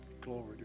Glory